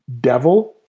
Devil